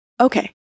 Okay